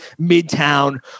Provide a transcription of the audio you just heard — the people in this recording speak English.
midtown